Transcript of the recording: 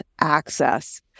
access